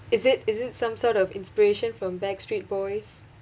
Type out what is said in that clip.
is it is it some sort of inspiration from backstreet boys